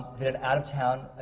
then out of town,